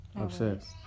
upset